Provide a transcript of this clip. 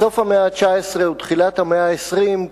בסוף המאה ה-19 ותחילת המאה ה-20,